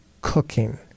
Cooking